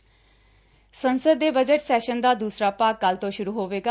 parliament ਦੇ budget session ਦਾ ਦੂਸਰਾ ਭਾਗ ਕੱਲ੍ਹ ਤੋ ਸ਼ੁਰੂ ਹੋਵੇਗਾ